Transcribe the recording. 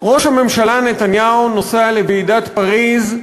ראש הממשלה נתניהו נוסע לוועידת פריז,